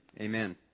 amen